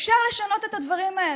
אפשר לשנות את הדברים האלה,